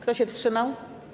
Kto się wstrzymał?